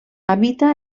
habita